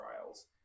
trials